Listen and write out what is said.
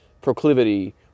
proclivity